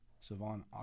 Savon